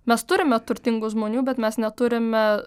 mes turime turtingų žmonių bet mes neturime